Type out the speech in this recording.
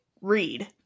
read